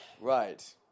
Right